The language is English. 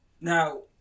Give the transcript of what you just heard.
now